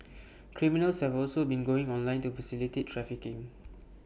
criminals have also been going online to facilitate trafficking